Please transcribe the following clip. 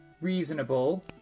reasonable